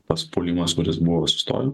pas puolimas kuris buvo sustojo